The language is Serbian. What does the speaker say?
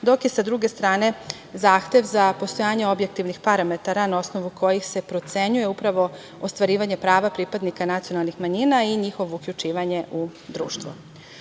dok je sa druge strane Zahtev za postojanje objektivnih parametara na osnovu kojih se procenjuje, upravo ostvarivanje prava pripadnika nacionalnih manjina i njihovo uključivanje u